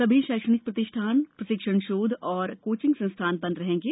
सभी शैक्षणिक प्रतिष्ठान प्रशिक्षण शोध और कोर्चिंग संस्थान बंद रहेंगे